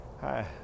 Hi